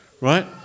Right